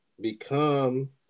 Become